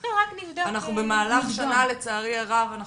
במהלך שנה לצערי הרב,